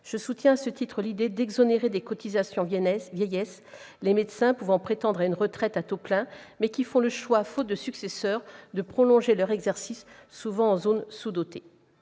je soutiens l'idée d'exonérer de cotisation vieillesse les médecins pouvant prétendre à une retraite à taux plein, mais qui font le choix, faute de successeur, de prolonger leur exercice en zone sous-dotée.